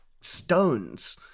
stones